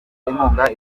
inkunga